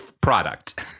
product